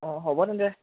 অঁ হ'ব তেন্তে